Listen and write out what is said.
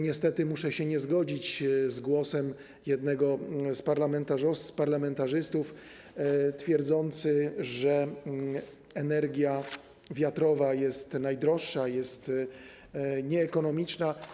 Niestety muszę się nie zgodzić z głosem jednego z parlamentarzystów, który twierdził, że energia wiatrowa jest najdroższa, jest nieekonomiczna.